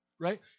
right